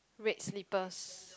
red slippers